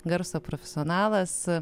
garso profesionalas